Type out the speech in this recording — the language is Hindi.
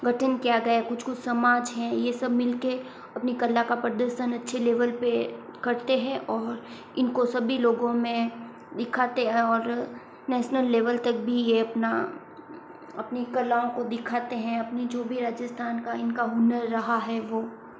गठन किया गया है कुछ कुछ समाज हैं ये सब मिल के अपनी कला का प्रदर्शन अच्छे लेवल पे करते हैं और इनको सभी लोगों में दिखाते और नैशनल लेवल तक भी ये अपना अपनी कलाओं को दिखाते हैं अपनी जो भी राजस्थान का इनका हुनर रहा है वो